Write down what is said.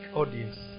audience